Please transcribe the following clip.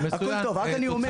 רק אני אומר